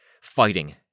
fighting